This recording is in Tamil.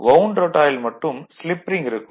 வவுண்டு ரோட்டாரில் மட்டும் ஸ்லிப் ரிங் இருக்கும்